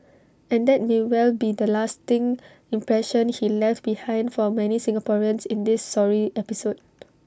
and that may well be the lasting impression he left behind for many Singaporeans in this sorry episode